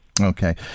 okay